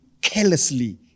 carelessly